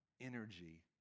energy